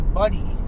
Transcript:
buddy